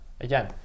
again